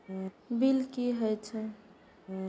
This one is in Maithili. बील की हौए छै?